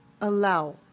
allow